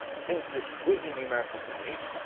since this is a numerical technique,